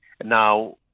Now